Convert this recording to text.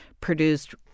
produced